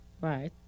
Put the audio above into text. Right